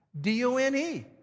D-O-N-E